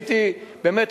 באמת,